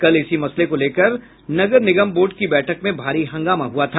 कल इसी मसले को लेकर नगर निगम बोर्ड की बैठक में भारी हंगामा हुआ था